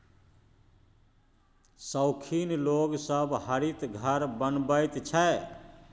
शौखीन लोग सब हरित घर बनबैत छै